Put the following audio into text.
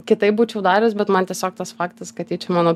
kitaip būčiau darius bet man tiesiog tas faktas kad ji čia mano